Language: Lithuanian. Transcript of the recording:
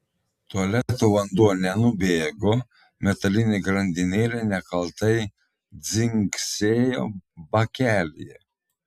tualeto vanduo nenubėgo metalinė grandinėlė nekaltai dzingsėjo bakelyje